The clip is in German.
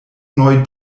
neu